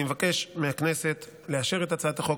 ואני מבקש מהכנסת לאשר את הצעת החוק